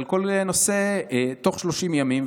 בתוך 30 ימים,